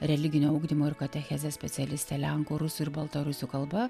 religinio ugdymo ir katechezės specialiste lenkų rusų ir baltarusių kalba